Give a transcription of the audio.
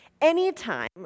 Anytime